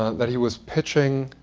that he was pitching.